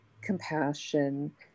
compassion